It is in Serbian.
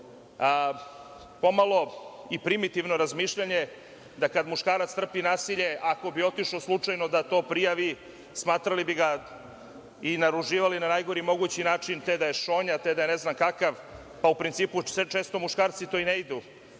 po malo i primitivno razmišljanje da kada muškarac trpi nasilje ako bi otišao slučajno da to prijavi, smatrali bi da i naruživali bi ga na najgori mogući način, te da je šonja, te da je ne znam kakav, pa u principu često muškarci i ne idu